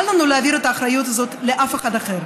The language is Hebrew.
אל לנו להעביר את האחריות הזאת לאף אחד אחר.